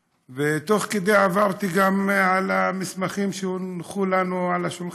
ותוך כדי כך עברתי גם על המסמכים שהונחו לנו על השולחן,